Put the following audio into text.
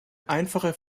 einfache